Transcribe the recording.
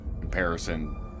comparison